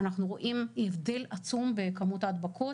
אנחנו רואים הבדל עצום בכמות ההדבקות.